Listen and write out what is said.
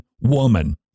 woman